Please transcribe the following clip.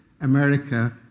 America